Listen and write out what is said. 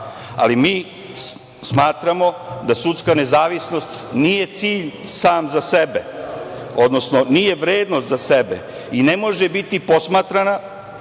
ali mi smatramo da sudska nezavisnost nije cilj sam za sebe, odnosno nije vredno za sebe i ne može biti posmatrana